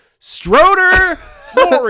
Stroder